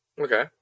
okay